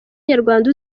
nyarwanda